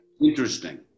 interesting